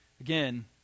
again